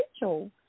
Rachel